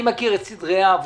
אני מכיר את סדרי העבודה.